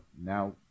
now